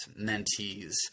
mentees